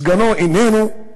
סגנו איננו,